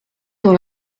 dans